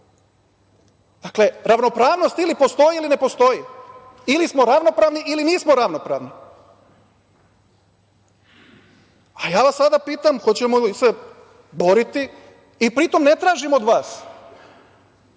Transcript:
tako? Dakle, ravnopravnost ili postoji ili ne postoji. Ili smo ravnopravni ili nismo ravnopravni. Ja vas sada pitam – hoćemo li se boriti? Pri tom, ne tražim od vas